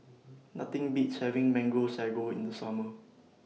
Nothing Beats having Mango Sago in The Summer